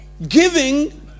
Giving